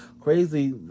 crazy